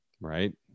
right